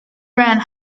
ran